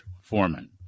Foreman